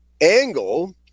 Angle